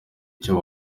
icyo